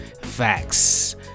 facts